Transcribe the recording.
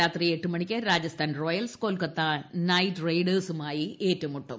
രാത്രി എട്ടിന് Rajasthan Royals Kolkata Knight റൈഡേഴ്സുമായി ഏറ്റുമുട്ടും